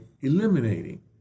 eliminating